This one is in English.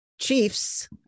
Chiefs